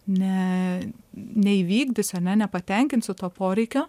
ne neįvykdysiu ane nepatenkinsiu to poreikio